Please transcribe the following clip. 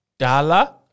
Dollar